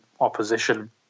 opposition